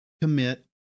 commit